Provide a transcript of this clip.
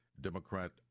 Democrat